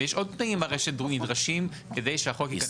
יש עוד תנאים הרי שנדרשים כדי שהחוק ייכנס